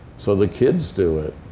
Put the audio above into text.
so the kids do it.